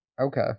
Okay